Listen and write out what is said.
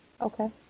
Okay